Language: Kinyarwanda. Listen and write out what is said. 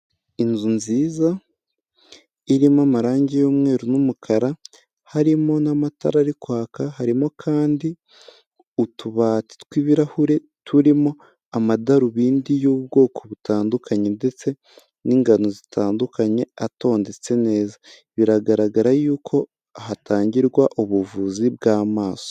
Inzu nziza irimo amarangi yumweru numukara harimo n'amatara ari kwaka harimo kandi utubati twi'ibirahure turimo amadarubindi y'ubwoko butandukanye ndetse n'ingano zitandukanye atondetse neza biragaragara yuko hatangirwa ubuvuzi bw'amaso.